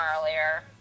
earlier